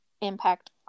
impact